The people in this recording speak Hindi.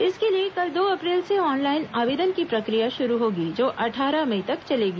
इसके लिए कल दो अप्रैल से ऑनलाइन आवेदन की प्रक्रिया शुरू होगी जो अट्ठारह मई तक चलेगी